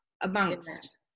amongst